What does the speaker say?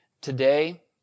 today